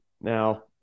now